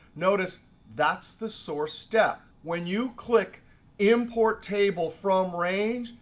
notice that's the source step. when you click import table from range,